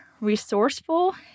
resourceful